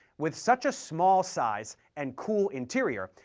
with such a small size and cool interior,